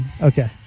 Okay